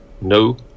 no